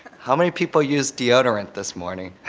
how many people used deodorant this morning?